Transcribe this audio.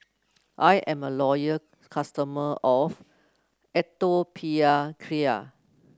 I'm a loyal customer of Atopiclair